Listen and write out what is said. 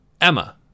Emma